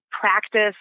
practice